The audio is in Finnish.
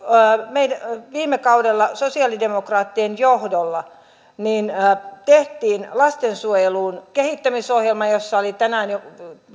että viime kaudella sosialidemokraattien johdolla tehtiin lastensuojeluun kehittämisohjelma jossa oli tänään jo